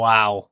Wow